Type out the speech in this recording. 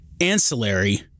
ancillary